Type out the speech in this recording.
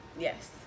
Yes